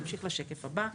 נמשיך לשקף הבא.